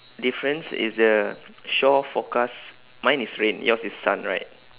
difference is the shore forecast mine is rain yours is sun right